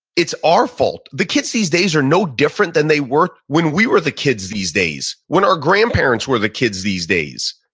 it's our fault. the kids these days are no different than they were when we were the kids these days, when our grandparents were the kids these days.